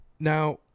Now